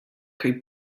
kaj